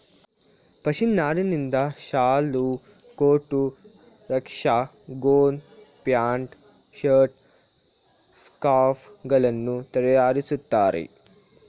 ಪಶ್ಮಿನ ನಾರಿನಿಂದ ಶಾಲು, coat, rug, gown, pant, shirt, scarf ಗಳನ್ನು ತರಯಾರಿಸ್ತರೆ